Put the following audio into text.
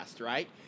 right